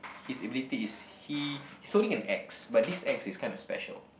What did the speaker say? he's ability is he he's holding an axe but this axe is kind of special